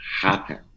happen